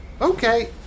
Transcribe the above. okay